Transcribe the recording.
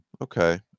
Okay